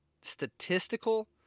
statistical